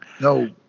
No